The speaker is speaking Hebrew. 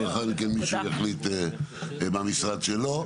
חבר הכנסת רביבו, בבקשה.